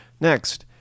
Next